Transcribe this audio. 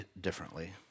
differently